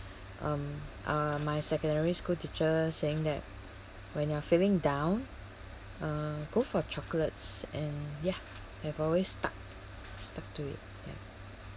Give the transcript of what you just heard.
um uh my secondary school teacher saying that when you are feeling down uh go for chocolates and ya I have always stuck stuck to it